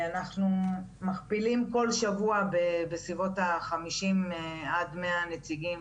אנחנו מכפילים כל שבוע בסביבות החמישים עד מאה נציגים,